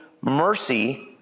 mercy